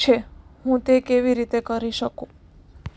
છે હું તે કેવી રીતે કરી શકું